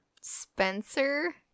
Spencer